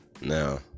Now